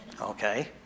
okay